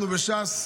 אנחנו בש"ס,